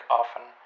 often